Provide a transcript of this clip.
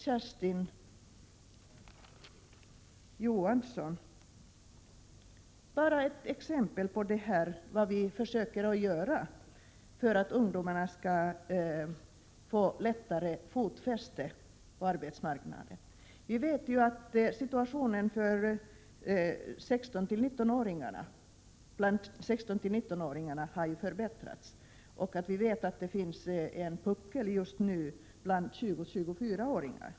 Kersti Johansson vill jag bara ge ett exempel på vad vi försöker göra för att ungdomarna lättare skall få fotfäste på arbetsmarknaden. Vi vet ju att situationen bland 16-19-åringarna har förbättrats och att det just nu finns en puckel bland 20-24-åringar.